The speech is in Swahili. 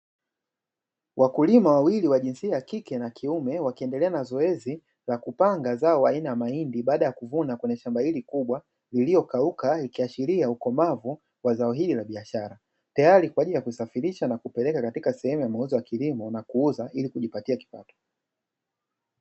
Wakulima wawili wa jinsiya yakike na kiume wakiendelea na zoezi la kupanga zao aina ya mahindi baada ya kuvuna kwenye shamba hili kubwa lililokauka, ikiashiria ukomavu wa zao hili la biashara tayari kwa ajili ya kusafirisha na kupeleka sehemu ya mauzo ya kilimo na kuuza ili kujipatia kipato.